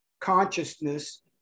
consciousness